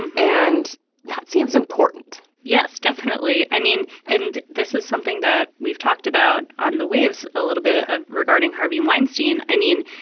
um and that seems important yes, definitely. i mean, and this is something that we've talked about on the waves a little bit ah regarding harvey weinstein. i mean,